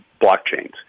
blockchains